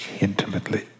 intimately